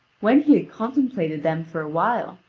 when he had contemplated them for a while,